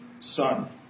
son